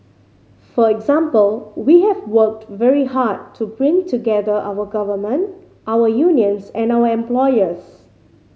for example we have worked very hard to bring together our government our unions and our employers